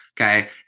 Okay